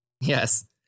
Yes